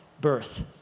birth